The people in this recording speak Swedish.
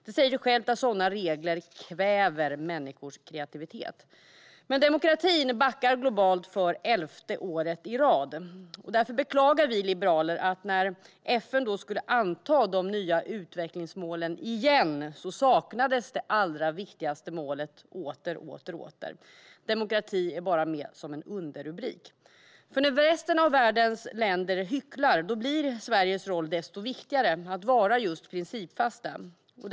Det säger sig självt att sådana regler kväver människors kreativitet. Men demokratin backar globalt för elfte året i rad. Därför beklagar vi liberaler att det allra viktigaste målet åter saknades när FN skulle anta de nya utvecklingsmålen. Demokrati är bara med som en underrubrik. När resten av världens länder hycklar blir Sveriges roll att vara just principfast desto viktigare.